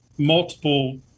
multiple